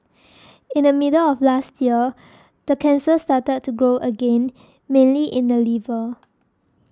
in the middle of last year the cancer started to grow again mainly in the liver